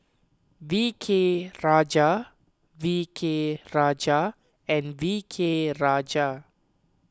V K Rajah V K Rajah and V K Rajah